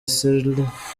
sirleaf